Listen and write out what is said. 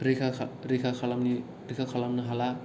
रैखा खालामनो हाला